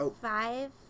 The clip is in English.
five